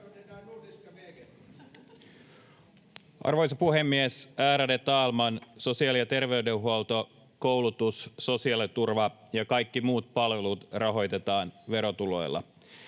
Arvoisa puhemies, ärade talman! Sosiaali- ja terveydenhuolto, koulutus, sosiaaliturva ja kaikki muut palvelut rahoitetaan verotuloilla.